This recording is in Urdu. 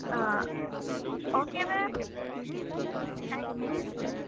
a okay ma'am thank you